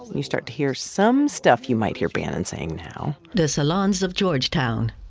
you start to hear some stuff you might hear bannon saying now the salons of georgetown,